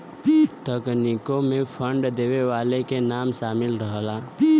तकनीकों मे फंड देवे वाले के नाम सामिल रहला